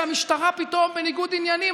שהמשטרה פתאום בניגוד עניינים,